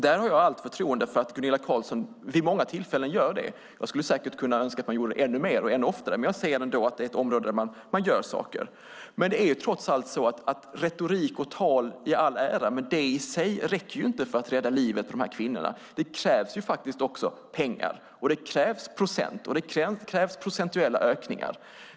Det har jag allt förtroende för att Gunilla Carlsson vid många tillfällen gör. Jag skulle säkert kunna önska att man gjorde ännu mer och ännu oftare, men jag ser ändå att det är ett område där man gör saker. Retorik och tal i alla ära, men det i sig räcker ju inte för att rädda livet på de här kvinnorna. Det krävs faktiskt också pengar. Det krävs procent och det krävs procentuella ökningar.